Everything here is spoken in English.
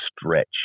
stretch